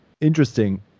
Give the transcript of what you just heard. interesting